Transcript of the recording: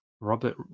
Robert